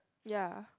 ya